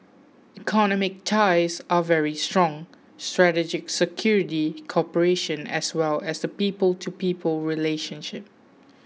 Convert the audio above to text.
economic ties are very strong strategic security cooperation as well as the people to people relationship